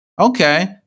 Okay